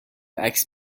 عکس